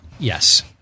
Yes